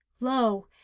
Lo